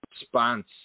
response